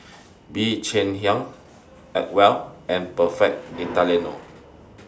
Bee Cheng Hiang Acwell and Perfect Italiano